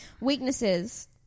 Weaknesses